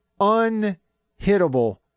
unhittable